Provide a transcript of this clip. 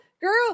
girl